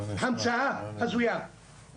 המצאה הזויה,